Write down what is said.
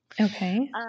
Okay